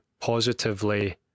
positively